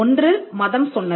ஒன்று மதம் சொன்னது